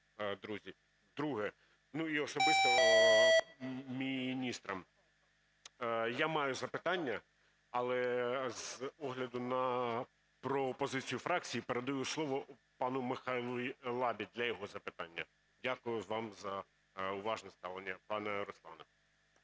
друзі. Друге. Ну, і особисто міністрам я маю запитання, але з огляду на пропозицію фракції, передаю слово пану Михайлу Лабі для його запитання. Дякую вам за уважне ставлення, пане Руслане.